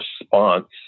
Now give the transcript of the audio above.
response